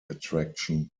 attraction